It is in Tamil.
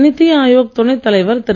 நீத்தி ஆயோக் துணைத் தலைவர் திரு